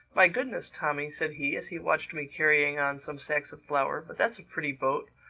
my goodness, tommy, said he, as he watched me carrying on some sacks of flour, but that's a pretty boat!